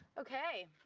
okay,